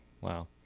Wow